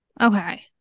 okay